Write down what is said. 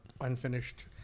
unfinished